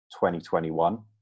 2021